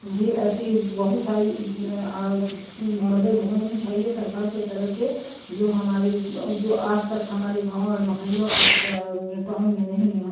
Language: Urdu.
بھی ایسی بہت ساری مدد ہونی چاہیے سرکار کے طرف سے جو ہمارے جو آج تک ہمارے گاؤں اور محلوں اور سا اور ٹاؤن میں نہیں ہیں